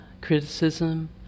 criticism